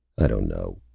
i don't know.